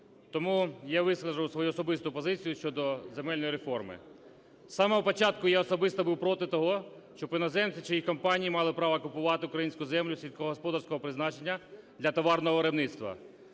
Тому я вискажу свою особисту позицію щодо земельної реформи. З самого початку я особисто був проти того, щоб іноземці чи їх компанії мали право купувати українську землю сільськогосподарського призначення для товарного виробництва.